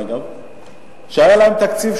היה להם תקציב,